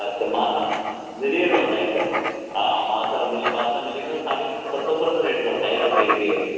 अच्छा मासा मिली वेंदव साईं हा मासा मि बासा मिली वेंदव साढी सत सौ रुपया रेट अथव के जी जो